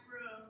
room